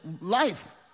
life